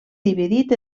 dividit